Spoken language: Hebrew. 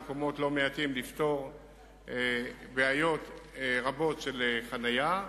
במקומות לא מעטים היא יכולה לפתור בעיות רבות של חנייה.